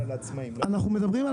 אנחנו מדברים על